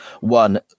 one